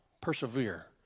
persevere